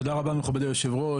תודה רבה, מכובדי היושב-ראש.